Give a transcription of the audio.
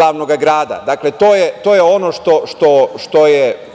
glavnog grada. To je ono što je